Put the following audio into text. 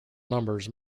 numbers